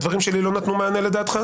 הדברים שלי לא נתנו מענה לדעתך?